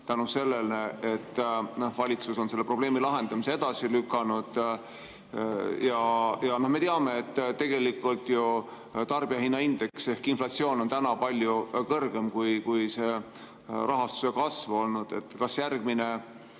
selle tõttu, et valitsus on selle probleemi lahendamise edasi lükanud? Me teame, et tegelikult ju tarbijahinnaindeks ehk inflatsioon on täna palju kõrgem, kui rahastuse kasv on olnud. Kas järgmine